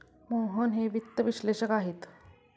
मोहन हे वित्त विश्लेषक आहेत